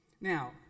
Now